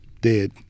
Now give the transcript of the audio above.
dead